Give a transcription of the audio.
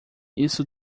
isso